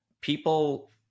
people